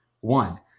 one